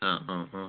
ആ ആ ആ